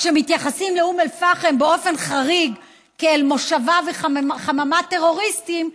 כשמתייחסים לאום אל-פחם באופן חריג כאל מושבה וחממת טרוריסטים,